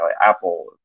Apple